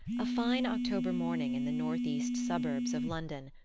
a fine october morning in the north east suburbs of london,